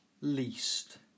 least